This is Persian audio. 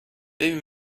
ببین